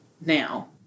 now